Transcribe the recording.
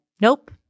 nope